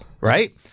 right